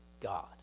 God